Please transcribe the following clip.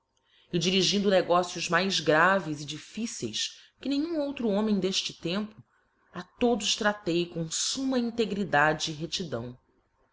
k dirigindo negócios mais graves e difficeis que nenhum outro homem d'efte tempo a todos traftei com fumma integridade e rectidão